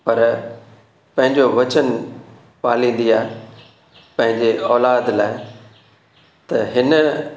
पर पंहिंजो वचन पालींदी आहे पंहिंजे औलाद लाइ त हिन